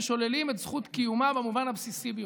ששוללים את זכות קיומה במובן הבסיסי ביותר.